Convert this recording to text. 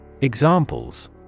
Examples